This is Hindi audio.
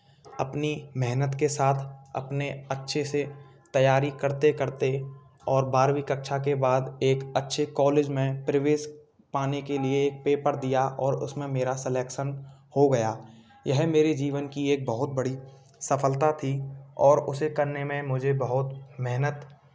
अपनी मेहनत के साथ अपने अच्छे से तैयारी करते करते और बारहवीं कक्षा के बाद एक अच्छे कॉलेज में प्रवेश पाने के लिए पेपर दिया और उसमें मेरा सेलेक्शन हो गया यह मेरे जीवन की एक बहुत बड़ी सफलता थी और उसे करने में मुझे बहुत मेहनत